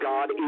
God